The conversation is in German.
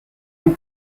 die